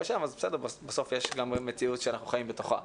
שם --- אז יש גם מציאות שאנחנו חיים בתוכה.